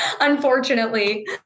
unfortunately